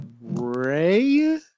Ray